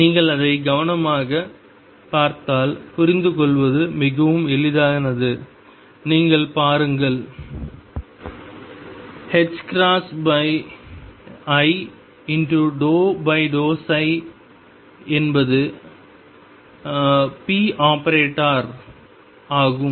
நீங்கள் அதை கவனமாகப் பார்த்தால் புரிந்து கொள்வது மிகவும் எளிதானது நீங்கள் பாருங்கள் i ∂x என்பது p ஆபரேட்டர் ஆகும்